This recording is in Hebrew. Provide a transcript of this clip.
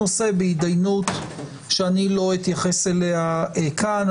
הנושא בהתדיינות שאני לא אתייחס אליה כאן.